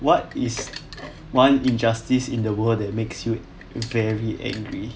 what is one injustice in the world that makes you very angry